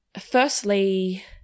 firstly